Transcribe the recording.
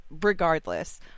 regardless